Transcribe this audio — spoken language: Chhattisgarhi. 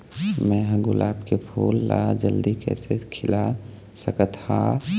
मैं ह गुलाब के फूल ला जल्दी कइसे खिला सकथ हा?